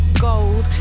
gold